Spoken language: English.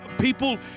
people